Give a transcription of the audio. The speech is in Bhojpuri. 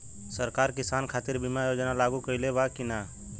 सरकार किसान खातिर बीमा योजना लागू कईले बा की ना?